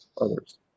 others